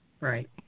Right